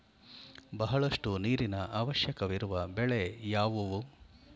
ಬಹಳಷ್ಟು ನೀರಿನ ಅವಶ್ಯಕವಿರುವ ಬೆಳೆ ಯಾವುವು?